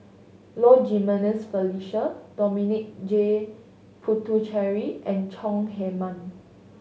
Low Jimenez Felicia Dominic J Puthucheary and Chong Heman